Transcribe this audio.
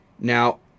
now